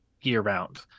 year-round